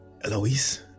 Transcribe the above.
Eloise